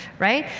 right?